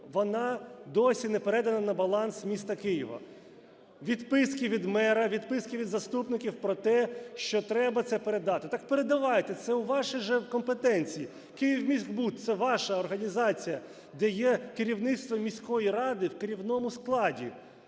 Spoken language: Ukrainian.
вона досі не передана на баланс міста Києва. Відписки від мера, відписки від заступників про те, що треба це передати. Так передавайте, це у вашій же компетенції. "Київміськбуд" – це ваша організація, де є керівництво міської ради в керівному складі.